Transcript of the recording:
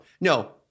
no